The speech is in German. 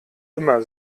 immer